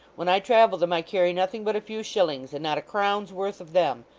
when i travel them, i carry nothing but a few shillings, and not a crown's worth of them.